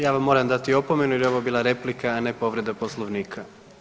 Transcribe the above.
Ja vam moram dati opomenu jer je ovo bila replika, a ne povreda poslovnika.